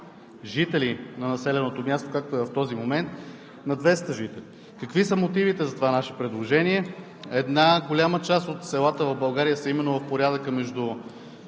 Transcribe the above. жители на населеното място, както е в този момент, на 200 жители. (Шум и реплики.) Какви са мотивите за това наше предложение? Една голяма част от селата в България са именно в порядъка между